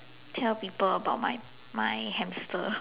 tell people about my my hamster